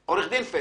או דברים אחרים,